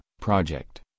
project